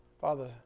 Father